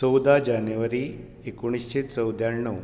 चवदा जानेवारी एकोण्णीशें चवद्याण्णव